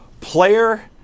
player